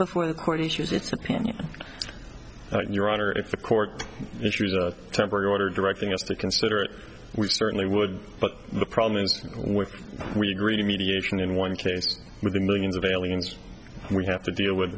before the court issues its opinion your honor if the court issued a temporary order directing us to consider it we certainly would but the problem is with we agree to mediation in one case with the millions of aliens we have to deal with